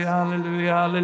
hallelujah